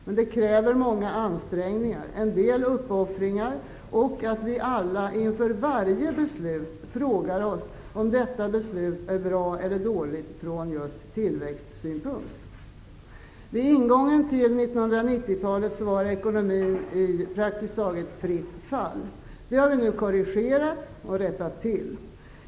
Men det kräver många ansträngningar och en del uppoffringar, och det kräver att vi alla inför varje beslut frågar oss om detta beslut är bra eller dåligt från just tillväxtsynpunkt. Vid ingången till 1990-talet befann sig ekonomin praktiskt taget i fritt fall. Det har vi nu rättat till.